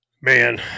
man